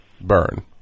Burn